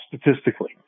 statistically